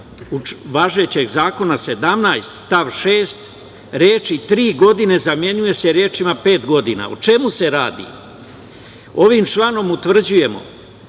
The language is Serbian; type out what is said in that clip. važećeg zakona, 17. stav 6. reči tri godine zamenjuje se rečima pet godina. O čemu se radi? Ovim članom utvrđujemo